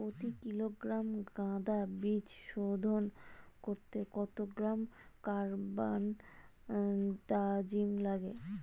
প্রতি কিলোগ্রাম গাঁদা বীজ শোধন করতে কত গ্রাম কারবানডাজিম লাগে?